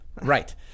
Right